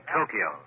Tokyo